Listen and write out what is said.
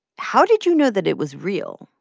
how did you know that it was real?